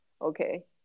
okay